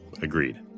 agreed